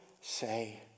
say